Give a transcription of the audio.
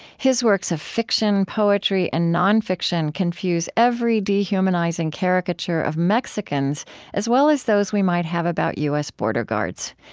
his works of fiction, poetry, and non-fiction confuse every dehumanizing caricature of mexicans as well as those we might have about u s. border guards.